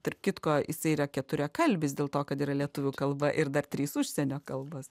tarp kitko jisai yra keturiakalbis dėl to kad yra lietuvių kalba ir dar trys užsienio kalbos